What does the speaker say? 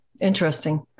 Interesting